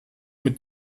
mit